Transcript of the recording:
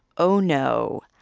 oh, no,